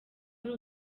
ari